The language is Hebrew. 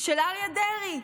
של אריה דרעי.